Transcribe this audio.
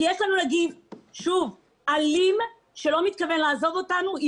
כי יש לנו נגיף אלים שלא מתכוון לעזוב אותנו.